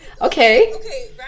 Okay